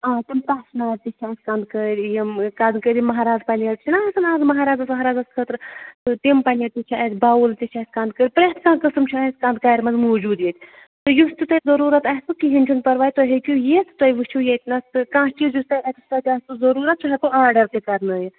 آ تِم تَشنارِ تہِ چھےٚ اَسہِ کَنٛدکٔرۍ یِم کَنٛدٕکٔرۍ یِم مَہراز پَلیٹ چھِ نا آسان اَز مَہرازَس وَہرازَس خٲطرٕ تہٕ تِم پَلیٹ تہِ چھِ اَسہِ بَوُل تہِ چھِ اَسہِ کَنٛدکٔرۍ پرٛٮ۪تھ کانٛہہ قٕسٕم چھِ اَسہِ کَنٛدٕکَرِ منٛز موٗجوٗد ییٚتہِ تہٕ یُس تہِ تۄہہِ ضٔروٗرَتھ آسِوُ کِہیٖنۍ چھُنہٕ پَرواے تُہۍ ہیٚکِو یِتھ تُہۍ وٕچھِو ییٚتِنَسہٕ کانٛہہ چیٖز یُس تۄہہِ اٮ۪کٕسٹرٛا تہِ آسِوُ ضٔروٗرَتھ سُہ ہٮ۪کو آڈَر تہِ کَرنٲوِتھ